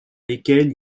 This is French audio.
lesquelles